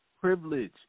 privilege